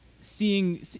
seeing